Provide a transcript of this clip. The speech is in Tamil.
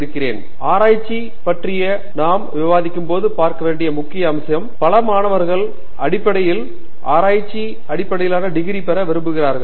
பேராசிரியர் பிரதாப் ஹரிதாஸ் ஆராய்ச்சியைப் பற்றி நாம் விவாதிக்கும்போது பார்க்க வேண்டிய முக்கிய அம்சம் பல மாணவர்கள் அடிப்படையில் ஆராய்ச்சி அடிப்படையிலான டிகிரி பெற விரும்புகிறார்கள்